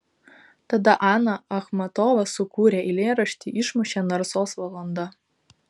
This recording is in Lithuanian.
tada ana achmatova sukūrė eilėraštį išmušė narsos valanda